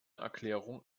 erklärung